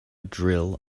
drill